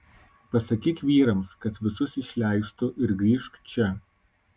pasakyk vyrams kad visus išleistų ir grįžk čia